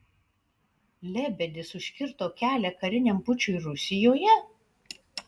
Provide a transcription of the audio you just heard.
lebedis užkirto kelią kariniam pučui rusijoje